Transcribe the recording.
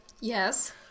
Yes